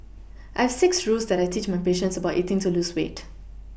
I have six rules that I teach my patients about eating to lose weight